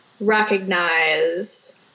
recognize